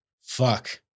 fuck